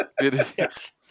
Yes